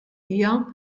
hija